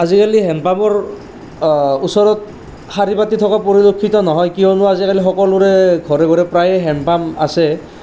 আজিকালি হেণ্ডপাম্পৰ ওচৰত শাৰী পাতি থকা পৰিলক্ষিত নহয় কিয়নো আজিকালি সকলোৰে ঘৰে ঘৰে প্ৰায়ে হেণ্ডপাম্প আছে